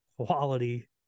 quality